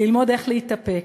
ללמוד איך להתאפק,